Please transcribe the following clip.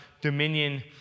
dominion